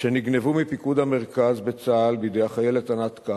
שנגנבו מפיקוד המרכז בצה"ל בידי החיילת ענת קם,